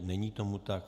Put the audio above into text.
Není tomu tak.